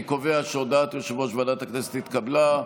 אני קובע שהודעת יושב-ראש ועדת הכנסת נתקבלה,